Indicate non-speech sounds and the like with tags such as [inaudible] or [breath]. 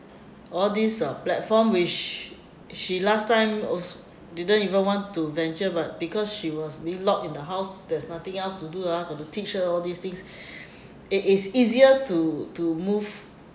all these are platform which she last time als~ didn't even want to venture but because she was being lock in the house there's nothing else to do ah got to teach her all these things [breath] it is easier to to move